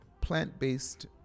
plant-based